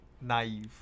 naive